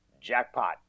Jackpot